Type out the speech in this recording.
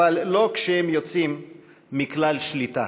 אבל לא כשהם יוצאים מכלל שליטה.